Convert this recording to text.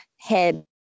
head